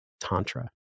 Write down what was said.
Tantra